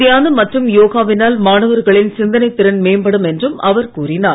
தியானம் மற்றும் யோகாவினால் மாணவர்களின் சிந்தனைத் திறன் மேம்படும் என்றும் அவர் கூறினார்